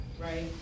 right